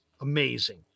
Amazing